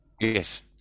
Yes